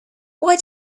why